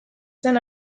zen